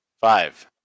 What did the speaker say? Five